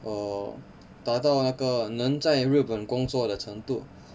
urm 达到那个能在日本工作的程度